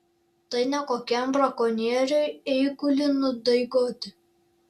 tai ne kokiam brakonieriui eigulį nudaigoti